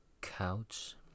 Couch